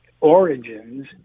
origins